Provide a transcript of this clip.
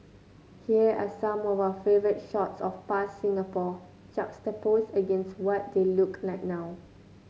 here are some of our favourite shots of past Singapore juxtaposed against what they look like now